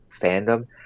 fandom